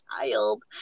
child